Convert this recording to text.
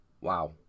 Wow